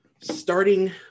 Starting